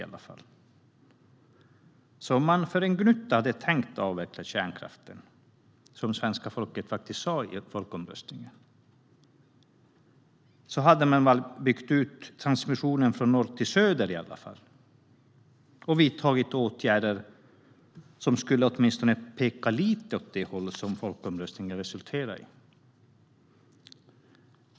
Om man för en sekund hade tänkt att avveckla kärnkraften, vilket svenska folket faktiskt sa i folkomröstningen, borde man ha byggt ut transmissionen från norr till söder och vidtagit åtgärder som skulle ha pekat åtminstone lite åt samma håll som folkomröstningens resultat.